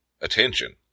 attention